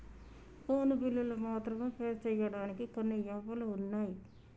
phone బిల్లులు మాత్రమే pay చెయ్యడానికి కొన్ని యాపులు వున్నయ్